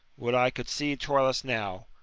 would i could see troilus now!